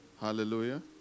hallelujah